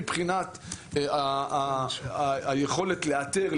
מבחינת היכולת לאתר,